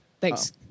Thanks